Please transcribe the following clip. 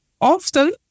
Often